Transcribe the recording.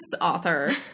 author